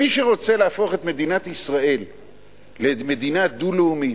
מי שרוצה להפוך את מדינת ישראל למדינה דו-לאומית,